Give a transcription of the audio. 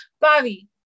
Bobby